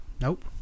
nope